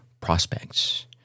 prospects